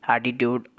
Attitude